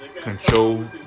control